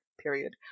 Period